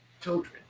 children